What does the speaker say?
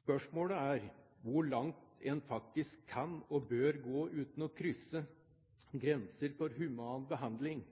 Spørsmålet er hvor langt en faktisk kan og bør gå uten å krysse grenser for human behandling.